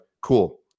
cool